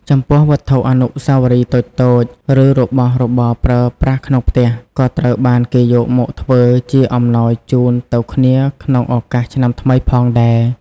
ចំពោះ វត្ថុអនុស្សាវរីយ៍តូចៗ ឬរបស់របរប្រើប្រាស់ក្នុងផ្ទះ ក៏ត្រូវបានគេយកធ្វើជាអំណោយជូនទៅគ្នាក្នុងឱកាសឆ្នាំថ្នីផងដែរ។